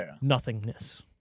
nothingness